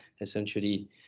essentially